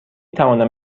توانم